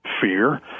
fear